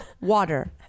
water